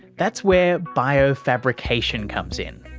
that's where biofabrication comes in,